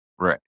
Right